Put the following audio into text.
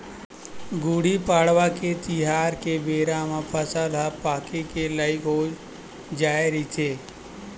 गुड़ी पड़वा तिहार के बेरा म फसल ह पाके के लइक हो जाए रहिथे